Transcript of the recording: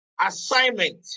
assignment